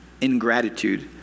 ingratitude